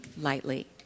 lightly